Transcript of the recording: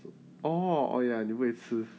oh oh ya 你不可以吃